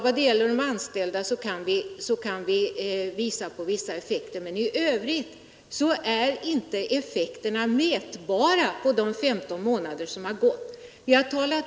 Vad beträffar de anställda kan man visa på en del effekter, men i övrigt är effekterna under de 15 månader som har gått inte ens mätbara.